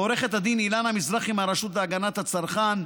לעו"ד אילנה מזרחי מהרשות להגנת הצרכן,